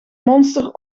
monster